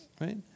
Right